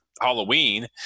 Halloween